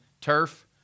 turf